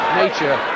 nature